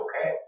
okay